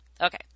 Okay